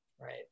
right